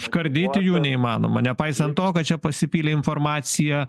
užkardyti jų neįmanoma nepaisant to kad čia pasipylė informacija